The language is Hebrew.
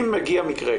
אם מגיע מקרה,